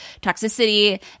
toxicity